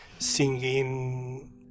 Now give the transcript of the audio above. singing